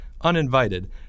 uninvited